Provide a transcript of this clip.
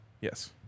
Yes